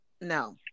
no